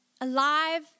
alive